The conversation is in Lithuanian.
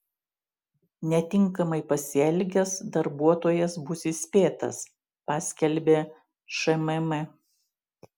netinkamai pasielgęs darbuotojas bus įspėtas paskelbė šmm